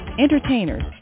entertainers